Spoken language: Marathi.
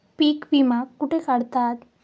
पीक विमा कुठे काढतात?